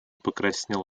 покраснел